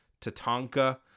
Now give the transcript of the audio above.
Tatanka